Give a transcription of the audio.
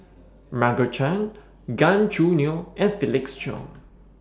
Margaret Chan Gan Choo Neo and Felix Cheong